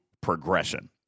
progression